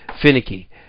finicky